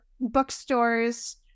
bookstores